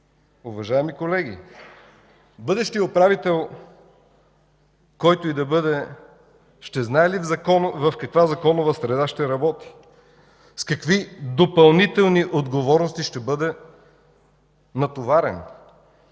Уважаеми колеги, бъдещият управител, който и да бъде, ще знае ли в каква законова среда ще работи, с какви допълнителни отговорности ще бъде натоварен?